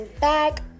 back